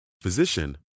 physician